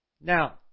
Now